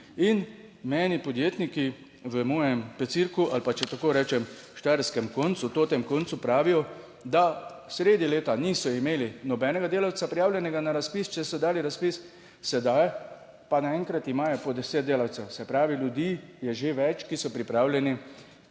in meni podjetniki v mojem becirku ali pa če tako rečem štajerskem koncu, tem koncu pravijo, da sredi leta niso imeli nobenega delavca prijavljenega na razpis, če so dali razpis, sedaj pa naenkrat imajo po deset delavcev. Se pravi, ljudi je že več, ki so pripravljeni